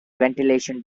ventilation